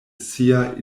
sia